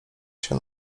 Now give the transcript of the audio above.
się